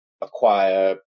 acquire